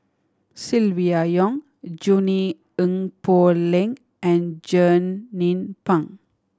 Silvia Yong Junie Sng Poh Leng and Jernnine Pang